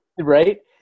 Right